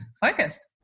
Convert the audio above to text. focused